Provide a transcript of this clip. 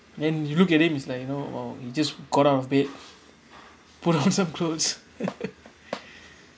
and you look at him it's like you know oh he just got out of bed put on some clothes